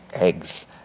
eggs